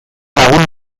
lagun